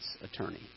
attorney